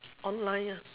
online ah